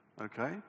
okay